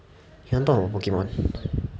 you want to talk about pokemon